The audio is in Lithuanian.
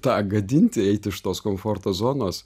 tą gadinti eiti iš tos komforto zonos